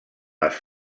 les